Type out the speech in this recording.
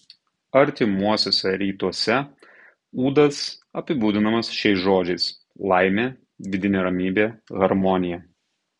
artimuosiuose rytuose ūdas apibūdinamas šiais žodžiais laimė vidinė ramybė harmonija